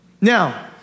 Now